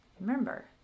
Remember